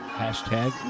hashtag